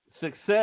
success